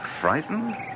Frightened